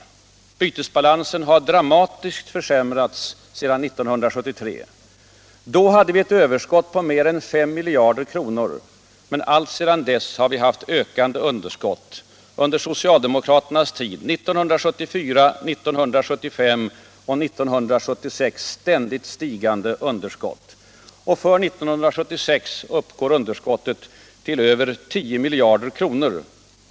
Bytesbalansen har dramatiskt försämrats sedan 1973. Då hade vi ett överskott på mer än 5 miljarder kronor. Alltsedan dess har vi haft ökande underskott. Under socialdemokraternas tid, 1974, 1975 och 1976 — ständigt stigande underskott. För 1976 uppgår det till över 10 miljarder kronor.